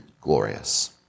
glorious